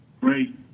great